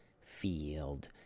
field